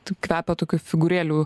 tai kvepia tokių figūrėlių